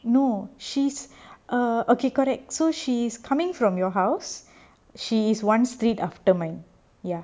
no she's err okay correct so she's coming from your house she is one street after mine ya